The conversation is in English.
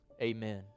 Amen